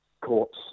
courts